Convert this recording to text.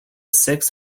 six